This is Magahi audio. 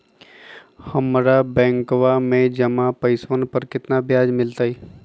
हम्मरा बैंकवा में जमा पैसवन पर कितना ब्याज मिलतय?